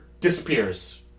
disappears